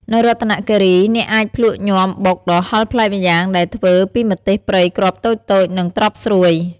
នៅរតនគិរី អ្នកអាចភ្លក់ញាំបុកដ៏ហិរប្លែកម្យ៉ាង ដែលធ្វើពីម្ទេសព្រៃគ្រាប់តូចៗ និងត្រប់ស្រួយ។